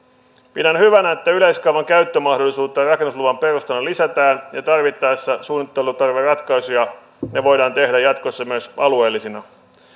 pidän hyvänä että yleiskaavan käyttömahdollisuutta rakennusluvan perusteena lisätään ja tarvittaessa suunnittelutarveratkaisut voidaan tehdä jatkossa myös alueellisina